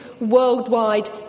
worldwide